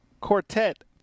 Quartet